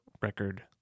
record